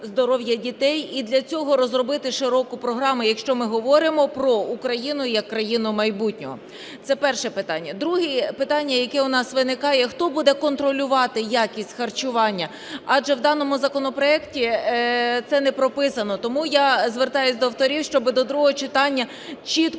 здоров'я дітей і для цього розробити широку програму, якщо ми говоримо про Україну як країну майбутнього. Це перше питання. Друге питання, яке у нас виникає. Хто буде контролювати якість харчування? Адже в даному законопроекті це не прописано. Тому я звертаюся до авторів, щоб до другого читання чітко